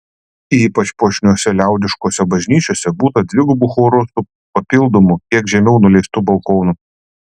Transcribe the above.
ypač puošniose liaudiškose bažnyčiose būta dvigubų chorų su papildomu kiek žemiau nuleistu balkonu